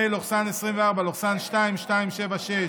2021, פ/2276/24,